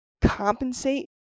compensate